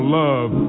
love